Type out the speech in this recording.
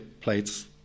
plates